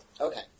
Okay